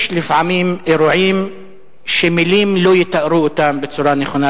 לפעמים יש אירועים שמלים לא יתארו אותם בצורה נכונה.